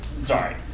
Sorry